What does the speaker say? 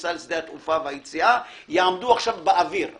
בכניסה לשדה התעופה והיציאה, יעמדו באוויר עכשיו.